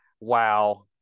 wow